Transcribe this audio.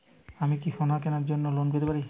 আমি কি সোনা কেনার জন্য লোন পেতে পারি?